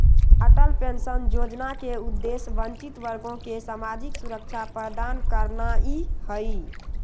Atal pension Yojana के उद्देश्य वंचित वर्गों के सामाजिक सुरक्षा प्रदान करनाइ हइ